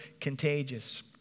contagious